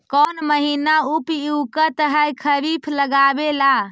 कौन महीना उपयुकत है खरिफ लगावे ला?